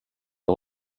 mit